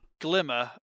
glimmer